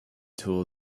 tool